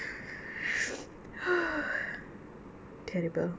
terrible